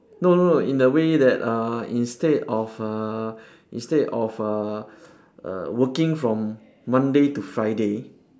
no no no in a way that uh instead of uh instead of uh err working from monday to friday